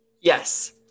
Yes